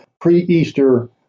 pre-Easter